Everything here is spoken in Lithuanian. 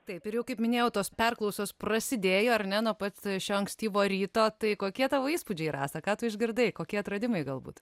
taip ir jau kaip minėjau tos perklausos prasidėjo ar ne nuo pat ankstyvo ryto tai kokie tavo įspūdžiai rasa ką tu išgirdai kokie atradimai galbūt